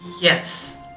yes